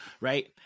right